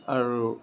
আৰু